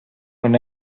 when